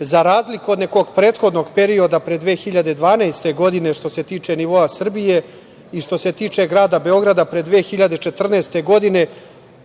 za razliku od nekog prethodnog perioda pre 2012. godine, što se tiče nivoa Srbije i što se tiče grada Beograda pre 2014. godine,